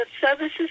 services